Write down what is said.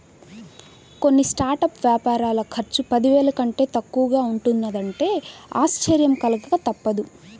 కొన్ని స్టార్టప్ వ్యాపారాల ఖర్చు పదివేల కంటే తక్కువగా ఉంటున్నదంటే ఆశ్చర్యం కలగక తప్పదు